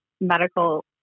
medical